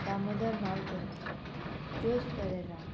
Damodar Mauzo Jose Pereira